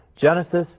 Genesis